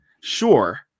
sure